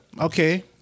Okay